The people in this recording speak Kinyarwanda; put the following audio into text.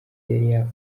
yari